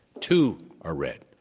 two are red.